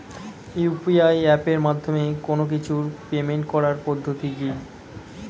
UPI এপের মাধ্যমে কোন কিছুর পেমেন্ট করার পদ্ধতি কি?